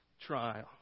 trial